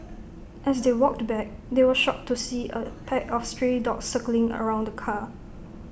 as they walked back they were shocked to see A pack of stray dogs circling around the car